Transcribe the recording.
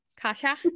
Kasha